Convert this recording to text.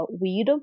weed